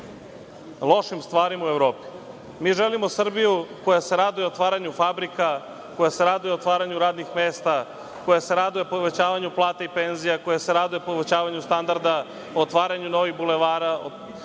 lošim stvarima u Evropi, mi želimo Srbiju koja se raduje otvaranju fabrika, koja se raduje otvaranju radnih mesta, koja se raduje povećanju plata i penzija, koja se raduje povećanju standarda, otvaranju novih bulevara,